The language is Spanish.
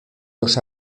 los